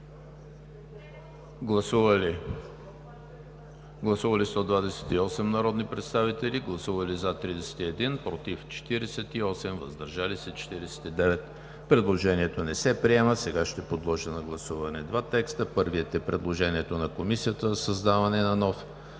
Гласували 128 народни представители: за 31, против 48, въздържали се 49. Предложението не е прието. Сега ще подложа на гласуване два текста: първият е предложението на Комисията за създаване на нов